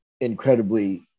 incredibly